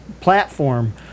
platform